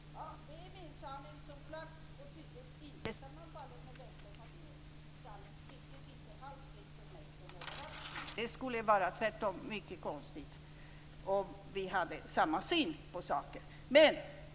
Fru talman! Min sanning sammanfaller klart och tydligt inte med Vänsterpartiets sanning. Det skulle vara mycket konstigt om vi hade samma syn på saker.